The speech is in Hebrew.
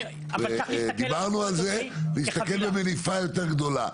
דיברנו על זה להסתכל במניפה יותר גדולה.